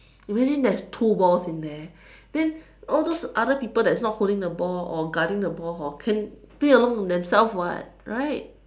imagine there is two balls in there then all those other people that's not holding the ball or guarding the ball hor can play along with themselves [what] right